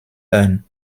urn